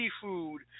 seafood